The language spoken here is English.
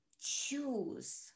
choose